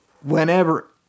whenever